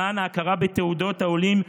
למען ההכרה בתעודות העולים.